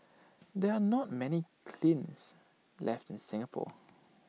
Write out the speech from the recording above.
there are not many kilns left in Singapore